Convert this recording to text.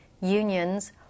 unions